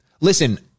listen